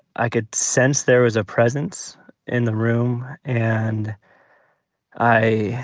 i could sense there was a presence in the room. and i,